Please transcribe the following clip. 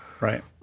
right